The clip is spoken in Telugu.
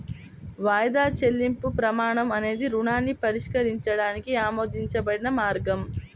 వాయిదా చెల్లింపు ప్రమాణం అనేది రుణాన్ని పరిష్కరించడానికి ఆమోదించబడిన మార్గం